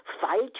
fight